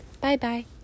Bye-bye